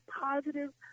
positive